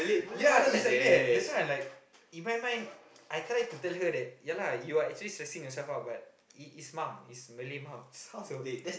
ya it's like that that's why I like in my mind I try to tell her that ya lah you are actually stressing yourself out but it is mum is Malay mums so